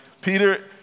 Peter